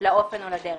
לאופן או לדרך.